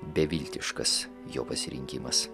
beviltiškas jo pasirinkimas